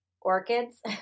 orchids